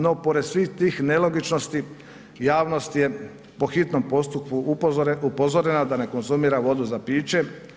No pored svih tih nelogičnosti javnost je po hitnom postupku upozorena da ne konzumira vodu za piše.